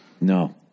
No